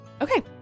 Okay